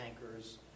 tankers